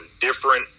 different